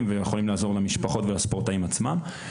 ויכולים לעזור למשפחות ולספורטאים עצמם.